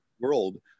world